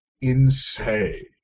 insane